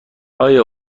آیا